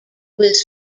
was